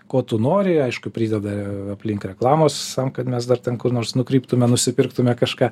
ko tu nori aišku prideda aplink reklamos tam kad mes dar ten kur nors nukryptume nusipirktume kažką